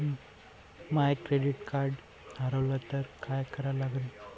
माय credit card हारवलं तर काय करा लागन?